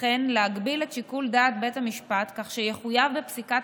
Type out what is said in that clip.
וכן להגביל את שיקול דעת בית המשפט כך שיחויב בפסיקת